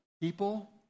people